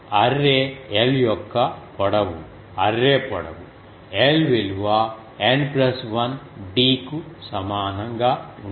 array L యొక్క పొడవు array పొడవు Lవిలువ N 1 dకు సమానంగా ఉంటుంది